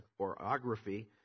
orography